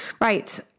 Right